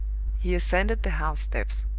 he ascended the house steps.